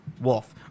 Wolf